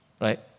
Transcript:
right